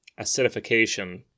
acidification